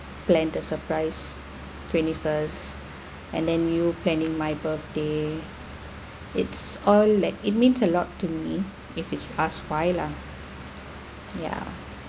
plan the surprise twenty first and then you planning my birthday it's all like it means a lot to me if you asked why lah ya